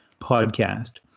podcast